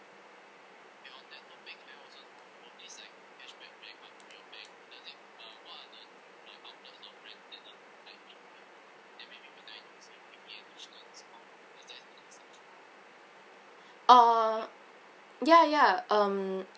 uh ya ya um